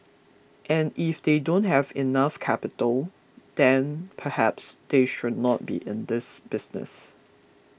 and if they don't have enough capital then perhaps they should not be in this business